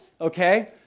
okay